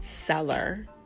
seller